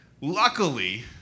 Luckily